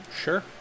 Sure